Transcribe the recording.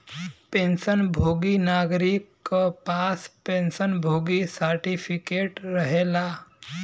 pension भोगी नागरिक क पास पेंशन भोगी सर्टिफिकेट रहेला